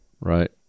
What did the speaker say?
right